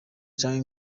canke